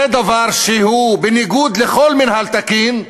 זה דבר שהוא בניגוד לכל מינהל תקין,